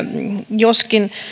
joskin